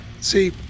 See